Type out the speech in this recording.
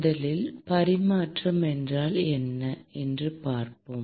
முதலில் பரிமாற்றம் என்றால் என்ன என்று பார்ப்போம்